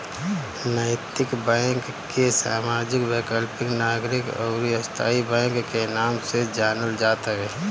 नैतिक बैंक के सामाजिक, वैकल्पिक, नागरिक अउरी स्थाई बैंक के नाम से जानल जात हवे